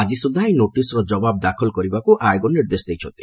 ଆଜି ସୁଦ୍ଧା ଏହି ନୋଟିସରେ ଜବାବ ଦାଖଲ କରିବାକୁ ଆୟୋଗ ନିର୍ଦ୍ଦେଶ ଦେଇଛନ୍ତି